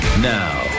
Now